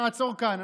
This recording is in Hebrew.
נעצור כאן,